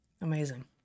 Amazing